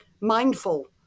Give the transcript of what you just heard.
mindful